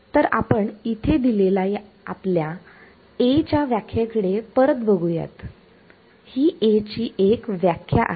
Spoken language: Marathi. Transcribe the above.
तर आपण इथे दिलेल्या आपल्या A च्या व्याख्ये कडे परत बघुयात ही A ची एक व्याख्या आहे